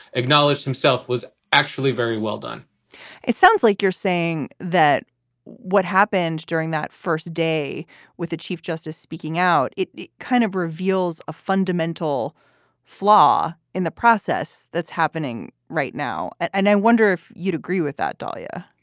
acknowledged himself, was actually very well done it sounds like you're saying that what happened during that first day with the chief justice speaking out. it kind of reveals a fundamental flaw in the process that's happening right now. and i wonder if you'd agree with that, dahlia?